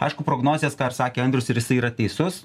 aišku prognozės ką ir sakė andrius ir jisai yra teisus